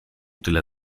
tyle